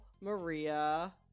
maria